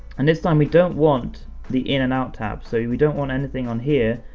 and this time, we don't want the in and out tab. so and we don't want anything on here,